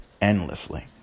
endlessly